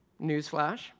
newsflash